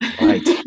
Right